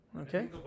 Okay